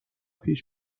پیش